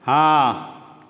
ହଁ